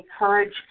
encourage